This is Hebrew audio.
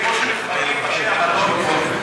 כמו שמחריגים בתי-אבות,